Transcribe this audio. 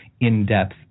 in-depth